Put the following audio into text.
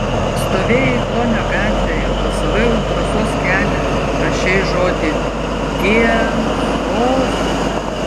stovėjai klonio gatvėje balsavai už drąsos kelią rašei žodį tie sos